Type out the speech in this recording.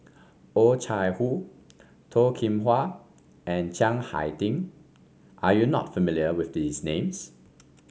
Oh Chai Hoo Toh Kim Hwa and Chiang Hai Ding are you not familiar with these names